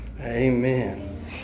Amen